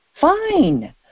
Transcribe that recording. fine